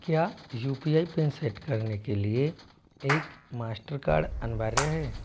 क्या U P I PIN set करने के लिए एक माश्टर कार अनिवार्य है